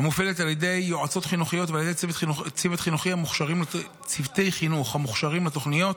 המופעלת על ידי יועצות חינוכיות ועל ידי צוותי חינוך המוכשרים לתוכניות.